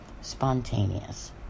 spontaneous